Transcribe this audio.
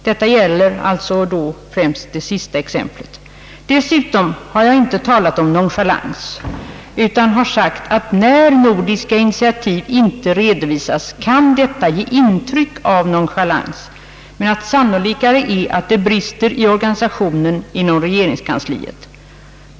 Detta gäller härvidlag främst det sista exemplet. Dessutom har jag inte påstått att det skulle ha förekommit nonchalans, utan jag påpekade att en utebliven redovisning av nordiska initiativ kan ge intryck av nonchalans men att det är sannolikare att det brister i organisationen inom regeringskansliet.